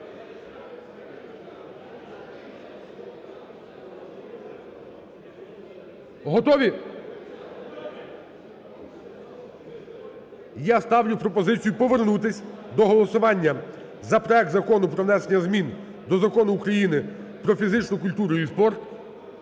Готові? Я ставлю пропозицію повернутись до голосування за проект Закону про внесення змін до Закону України "Про фізичну культуру і спорт"